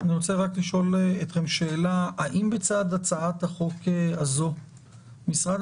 אני רוצה לשאול אתכם שאלה: האם בצד הצעת החוק הזאת משרד